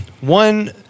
One